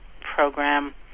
program